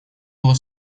было